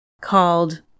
called